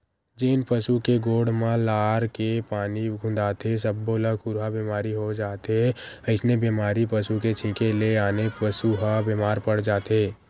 जेन पसु के गोड़ म लार के पानी खुंदाथे सब्बो ल खुरहा बेमारी हो जाथे अइसने बेमारी पसू के छिंके ले आने पसू ह बेमार पड़ जाथे